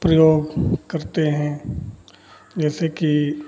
प्रयोग करते हैं जैसे कि